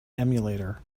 emulator